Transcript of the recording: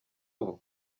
ubu